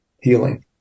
healing